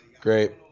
Great